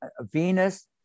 Venus